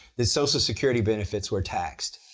that social security benefits were taxed.